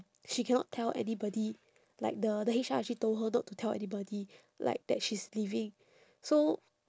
she cannot tell anybody like the the H_R actually told her not to tell anybody like that she is leaving so